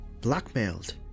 Blackmailed